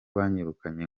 banyirukanye